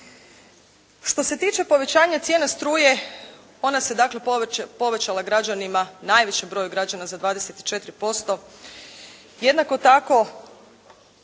Što se tiče povećanja cijena struje ona se dakle povećala građanima, najvećem broju građana za 24%. Jednako tako